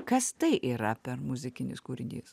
kas tai yra per muzikinis kūrinys